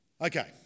Okay